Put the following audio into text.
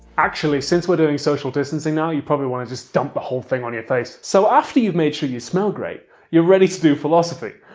actually since we're doing social distancing now you probably wanna just dump the whole thing on your face! so after you've made sure you smell great you're ready to do philosophy!